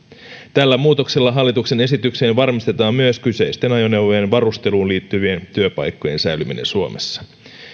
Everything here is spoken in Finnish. tällä muutoksella hallituksen esitykseen varmistetaan myös kyseisten ajoneuvojen varusteluun liittyvien työpaikkojen säilyminen suomessa